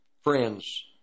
friends